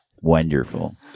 Wonderful